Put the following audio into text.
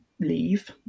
leave